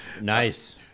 Nice